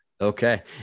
Okay